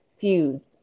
feuds